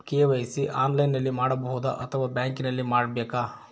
KYC ಆನ್ಲೈನಲ್ಲಿ ಮಾಡಬಹುದಾ ಅಥವಾ ಬ್ಯಾಂಕಿನಲ್ಲಿ ಮಾಡ್ಬೇಕಾ?